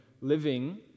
living